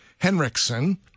Henriksen